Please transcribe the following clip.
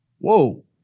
Whoa